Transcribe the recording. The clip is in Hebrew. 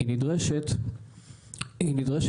היא נדרשת לעבוד,